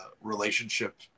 relationship